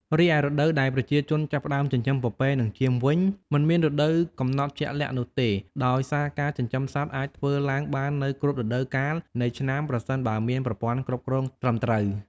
រីឯរដូវដែលប្រជាជនចាប់ផ្ដើមចិញ្ចឹមពពែនិងចៀមវិញ មិនមានរដូវកំណត់ជាក់លាក់នោះទេ ដោយសារការចិញ្ចឹមសត្វអាចធ្វើឡើងបាននៅគ្រប់រដូវកាលនៃឆ្នាំ ប្រសិនបើមានប្រព័ន្ធគ្រប់គ្រងត្រឹមត្រូវ។